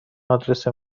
آدرس